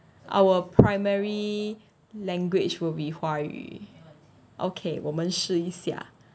our primary language will be 华语 okay 我们试一下